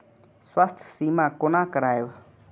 स्वास्थ्य सीमा कोना करायब?